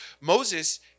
Moses